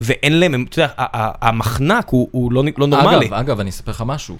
ואין להם, אתה יודע, המחנק הוא לא נורמלי. אגב, אגב, אני אספר לך משהו.